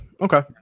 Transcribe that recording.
Okay